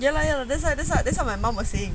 ya lah ya lah that's what that's what my mum was saying